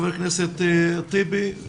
חבר הכנסת טיבי,